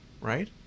right